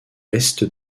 ouest